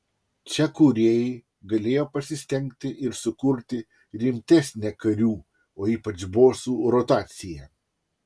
čia kūrėjai galėjo pasistengti ir sukurti rimtesnę karių o ypač bosų rotaciją